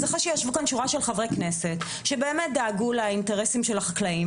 אחרי שישבו כאן שורה של חברי כנסת שדאגו לאינטרסים של החקלאים,